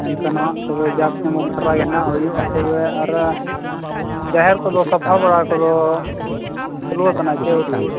ᱮᱱᱠᱷᱟᱱ ᱱᱚᱣᱟ ᱛᱚᱵᱮ ᱡᱟᱠᱜᱽ ᱡᱚᱢᱚᱠ ᱫᱷᱟᱨᱟ ᱜᱮᱱᱟᱦᱟᱜ ᱦᱩᱭᱩᱜᱼᱟ ᱛᱚᱵᱮ ᱟᱨ ᱡᱟᱦᱮᱨ ᱠᱚᱫᱚ ᱥᱟᱯᱷᱟ ᱵᱟᱲᱟ ᱠᱚᱫᱚ ᱪᱟᱹᱞᱩ ᱟᱠᱟᱱᱟ ᱪᱮ ᱟᱹᱣᱨᱤ